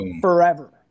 forever